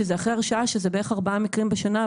שהיא בעצם אחרי הרשעה, שזה בערך ארבעה מקרים בשנה.